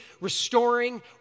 restoring